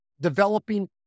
developing